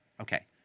Okay